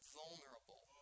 vulnerable